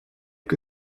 que